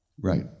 Right